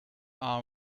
our